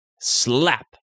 slap